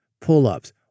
pull-ups